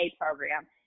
program